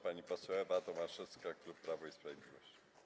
Pani poseł Ewa Tomaszewska, klub Prawo i Sprawiedliwość.